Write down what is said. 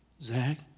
Zach